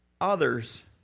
others